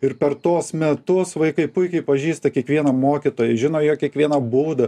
ir per tuos metus vaikai puikiai pažįsta kiekvieną mokytoją žino jo kiekvieną būdą